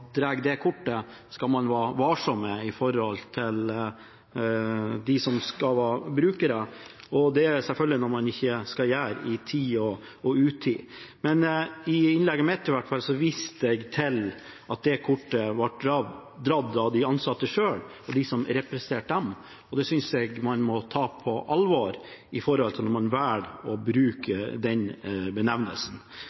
det kortet, skal man være varsom med overfor brukerne. Det er selvfølgelig noe man ikke skal gjøre i tide og utide. Men i innlegget mitt i hvert fall viste jeg til at det kortet ble dratt av de ansatte selv og av dem som representerte dem, og det syns jeg man må ta på alvor når man velger å bruke den benevnelsen.